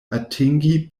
atingi